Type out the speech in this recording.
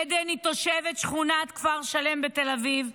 עדן היא תושבת שכונת כפר שלם בתל אביב.